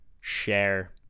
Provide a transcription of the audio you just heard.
share